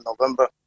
November